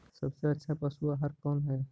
सबसे अच्छा पशु आहार कौन है?